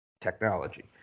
technology